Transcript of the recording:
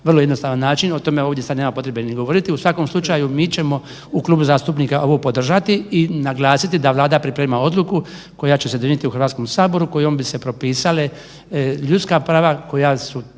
vrlo jednostavan način, o tome ovdje sada nema potrebe ni govoriti. U svakom slučaju mi ćemo u klubu zastupnika ovo podržati i naglasiti da Vlada priprema odluku koja će se donijeti u Hrvatskom saboru kojom bi se propisale ljudska prava koja su